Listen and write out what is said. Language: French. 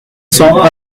cents